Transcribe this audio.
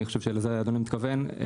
אני חושב שלזה אדוני מתכוון,